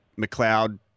McLeod